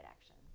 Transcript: action